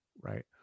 right